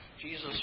Jesus